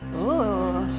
ooh.